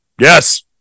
Yes